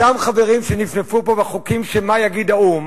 אותם חברים שנפנפו פה בחוקים שמה יגיד האו"ם,